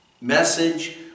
message